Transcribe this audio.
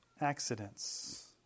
accidents